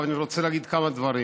אבל אני רוצה להגיד כמה דברים.